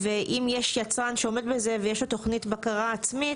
ואם יש יצרן שעומד בזה ויש לו תוכנית בקרה עצמית,